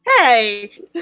Hey